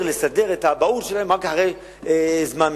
לסדר את האבהות שלו רק אחרי זמן מסוים.